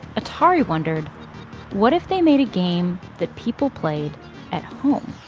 atari wondered what if they made a game that people played at home?